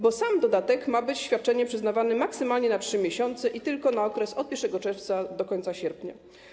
Bo sam dodatek ma być świadczeniem przyznawanym maksymalnie na 3 miesiące i tylko na okres od 1 czerwca do końca sierpnia.